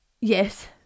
Yes